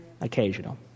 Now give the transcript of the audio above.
occasional